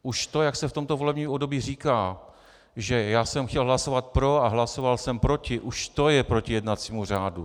Už to, jak se v tomto volebním období říká, že já jsem chtěl hlasovat pro a hlasoval jsem proti, už to je proti jednacímu řádu.